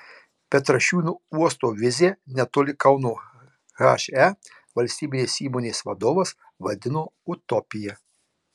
petrašiūnų uosto viziją netoli kauno he valstybinės įmonės vadovas vadino utopija